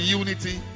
unity